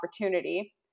opportunity